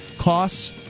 costs